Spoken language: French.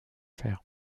fer